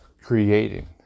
creating